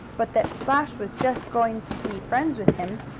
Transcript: but that splash was just going to be friends with him,